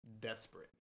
Desperate